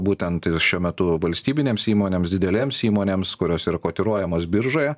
būtent šiuo metu valstybinėms įmonėms didelėms įmonėms kurios yra kotiruojamos biržoje